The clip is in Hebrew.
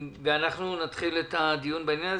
נתחיל את הדיון בעניין.